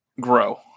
grow